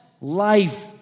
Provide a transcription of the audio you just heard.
life